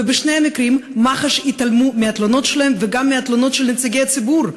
ובשני המקרים מח"ש התעלמו מהתלונות שלהם וגם מהתלונות של נציגי הציבור,